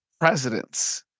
presidents